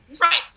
Right